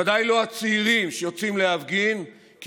וודאי לא הצעירים שיוצאים להפגין כי